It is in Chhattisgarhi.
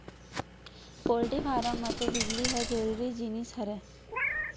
पोल्टी फारम म तो बिजली ह जरूरी जिनिस हरय